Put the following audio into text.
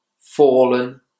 Fallen